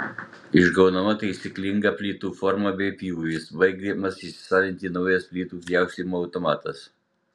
išgaunama taisyklinga plytų forma bei pjūvis baigiamas įsisavinti naujas plytų pjaustymo automatas